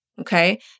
okay